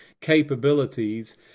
capabilities